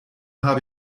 hab